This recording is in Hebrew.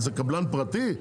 איזה קבלן פרטי?